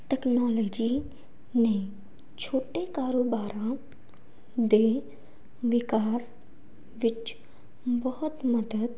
technology ਨੇ ਛੋਟੇ ਕਾਰੋਬਾਰਾਂ ਦੇ ਵਿਕਾਸ ਵਿੱਚ ਬਹੁਤ ਮਦਦ